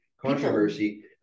controversy